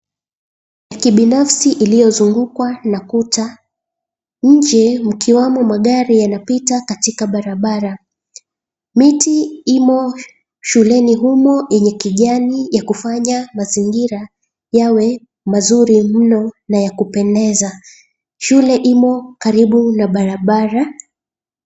Kibinafsi iliyozungukwa na kuta. Nje mkiwamo magari yanapita katika barabara. Miti imo shuleni humo yenye kijani ya kufanya mazingira yawe mazuri mno na ya kupendeza. Shule imo karibu na barabara.